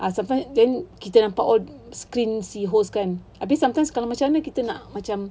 ah sometimes then kita nampak screen si host kan abeh sometimes kalau macam mana kita nak macam